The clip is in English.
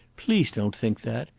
please don't think that.